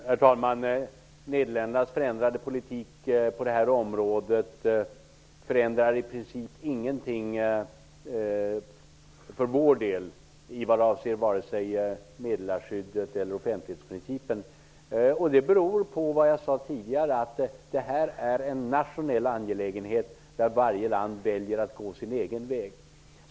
Herr talman! Nederländernas förändrade politik på detta område ändrar i princip ingenting för vår del vad avser meddelarskyddet eller offentlighetsprincipen. Det beror på vad jag sade tidigare, nämligen att detta är en nationell angelägenhet, där varje land väljer att gå sin egen väg.